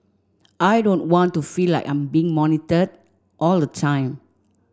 I don't want to feel like I'm being monitored all the time